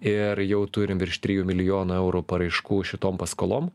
ir jau turim virš trijų milijonų eurų paraiškų šitom paskolom